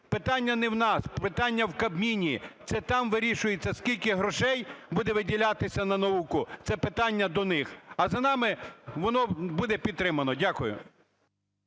Питання не в нас, питання в Кабміні – це там вирішується, скільки грошей буде виділятися на науку. Це питання до них, а за нами воно буде підтримано. Дякую.